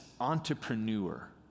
entrepreneur